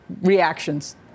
reactions